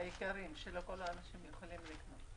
היקרים, שלא כל האנשים יכולים לקנות.